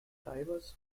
divers